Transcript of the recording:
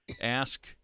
ask